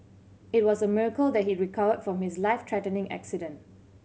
it was a miracle that he recovered from his life threatening accident